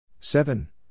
Seven